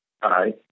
Hi